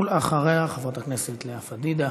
ואחריה, חברת הכנסת לאה פדידה,